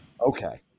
okay